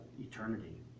eternity